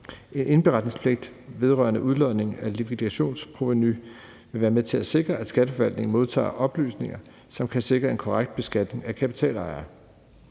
En indberetningspligt i forbindelse med udlodning af likvidationsprovenu vil være med til at sikre, at skatteforvaltningen modtager oplysninger, som kan sikre en korrekt beskatning af kapitalejere.